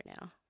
now